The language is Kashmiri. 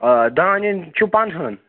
آ دَہَن ہٕنٛدۍ چھُو پَنٛدہَن